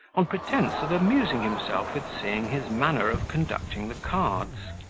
on pretence of amusing himself with seeing his manner of conducting the cards.